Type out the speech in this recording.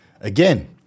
again